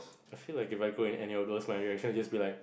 I feel like if I go any outdoors my reactions just be like